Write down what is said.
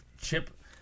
Chip